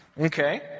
Okay